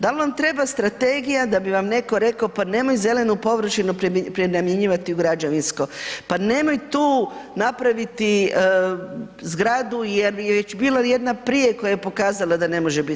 Da li vam treba strategija da bi vam netko rekao pa nemoj zelenu površinu prenamjenjivati u ghrađevinsko pa nemoj tu napraviti zgradu jer je već bila jedna prije koja je pokazala da ne može biti.